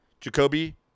Jacoby